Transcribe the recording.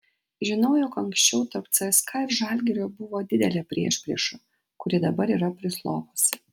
žinau jog anksčiau tarp cska ir žalgirio buvo didelė priešprieša kuri dabar yra prislopusi